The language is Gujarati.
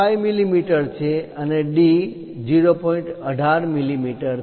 18 મિલીમીટર છે